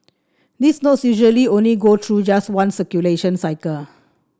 these notes usually only go through just one circulation cycle